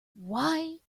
why